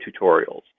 tutorials